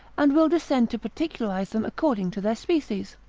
and will descend to particularise them according to their species.